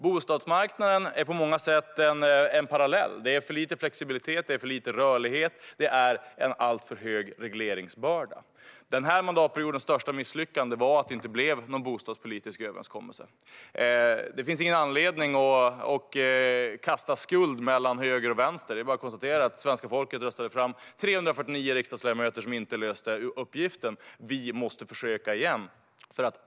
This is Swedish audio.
Bostadsmarknaden är på många sätt en parallell. Det är för lite flexibilitet och rörlighet, och det är en alltför stor regleringsbörda. Den här mandatperiodens största misslyckande var att det inte blev någon bostadspolitisk överenskommelse. Det finns inte någon anledning att kasta skuld mellan höger och vänster. Det är bara att konstatera att svenska folket röstade fram 349 riksdagsledamöter som inte löste uppgiften. Vi måste försöka igen.